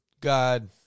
God